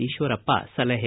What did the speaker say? ಈಶ್ವರಪ್ಪ ಸಲಹೆ